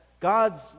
gods